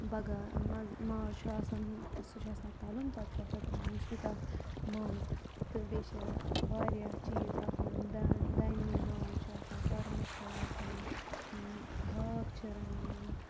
بَگار ماز چھُ آسان سُہ چھُ آسان تَلُن پَتہٕ چھُ آسان تراوُن سُہ تَتھ مَنٛز تہٕ بیٚیہِ چھِ واریاہ چیٖز آسان دَنہٕ ماز چھُ آسان کۄرمہٕ چھُ آسان ہاکھ چھِ رَنان